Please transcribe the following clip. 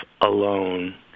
alone